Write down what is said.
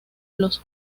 los